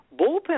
bullpen